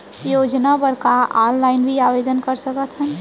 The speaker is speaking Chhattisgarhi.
योजना बर का ऑनलाइन भी आवेदन कर सकथन?